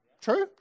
True